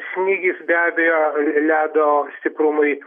snygis be abejo ledo stiprumui